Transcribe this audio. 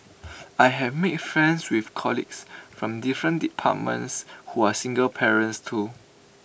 I have made friends with colleagues from different departments who are single parents too